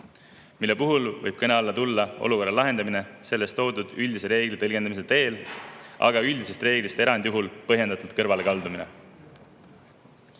mille puhul võib kõne alla tulla olukorra lahendamine selles toodud üldise reegli tõlgendamise teel, aga ka üldisest reeglist erandjuhul põhjendatult kõrvale kaldudes.